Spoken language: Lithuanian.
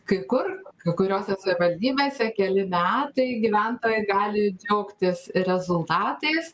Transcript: kai kur kai kuriose savivaldybėse keli metai gyventojai gali džiaugtis rezultatais